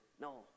No